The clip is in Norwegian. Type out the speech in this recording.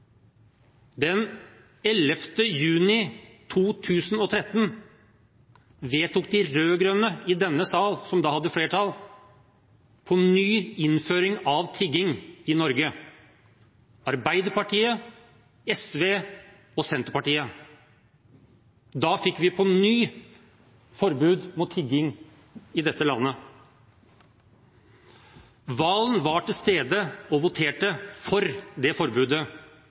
juni 2013 vedtok de rød-grønne i denne sal, som da hadde flertall, Arbeiderpartiet, SV og Senterpartiet, på ny innføring av tiggeforbud i Norge. Da fikk vi på ny forbud mot tigging i dette landet. Representanten Serigstad Valen var til stede og voterte for det forbudet